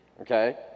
Okay